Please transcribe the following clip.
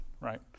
right